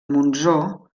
montsó